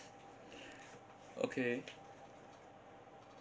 okay